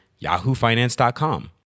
yahoofinance.com